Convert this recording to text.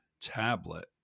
tablet